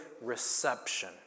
reception